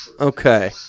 Okay